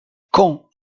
quant